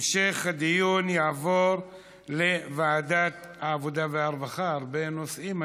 המשך הדיון יעבור לוועדת העבודה והרווחה.